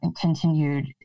continued